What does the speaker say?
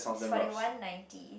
it's forty one ninety